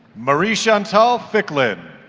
marie-chantal ficklin